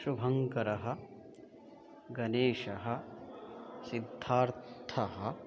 शुभङ्करः गणेशः सिद्धार्थः